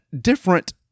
different